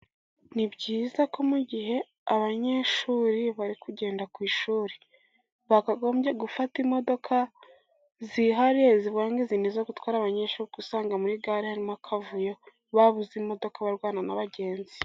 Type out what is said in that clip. Ni byiza ko mu gihe abanyeshuri bari kugenda ku ishuri, bakagombye gufata imodoka zihariye, zivuga ngo izi ni izo gutwara abanyeshuri, kuko usanga muri gare hari akavuyo babuze imodoka barwana n'abagenzi.